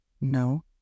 No